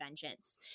vengeance